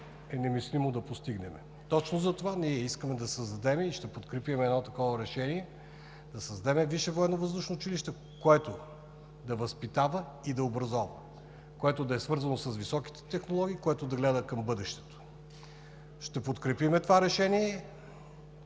е немислимо да постигнем. Точно затова искаме и ще подкрепим едно такова решение – да създадем Висше военновъздушно училище, което да възпитава и да образова, което да е свързано с високите технологии, което да гледа към бъдещето. Ще подкрепим това решение!